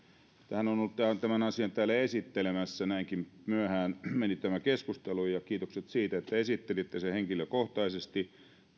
että hän on ollut tämän asian täällä esittelemässä näinkin myöhään meni tämä keskustelu eli kiitokset siitä että esittelitte sen henkilökohtaisesti